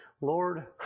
Lord